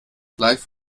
live